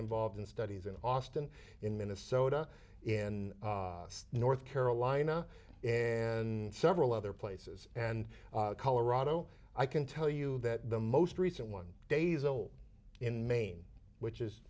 involved in studies in austin in minnesota in north carolina and several other places and colorado i can tell you that the most recent one days old in maine which is